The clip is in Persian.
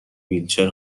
ویلچر